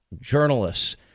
journalists